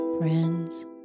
friends